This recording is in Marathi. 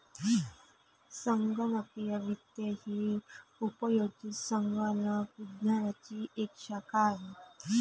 संगणकीय वित्त ही उपयोजित संगणक विज्ञानाची एक शाखा आहे